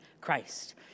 Christ